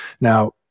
Now